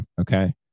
Okay